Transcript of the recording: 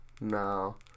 No